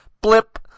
Blip